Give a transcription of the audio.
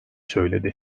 söyledi